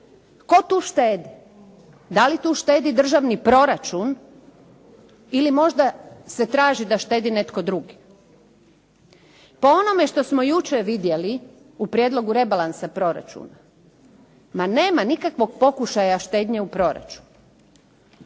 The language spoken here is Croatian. tko tu štedi? Da li tu štedi državni proračun ili možda se traži da štedi netko drugi? Po onome što smo jučer vidjeli u prijedlogu rebalansa proračuna, ma nema nikakvog pokušaja štednje u proračunu.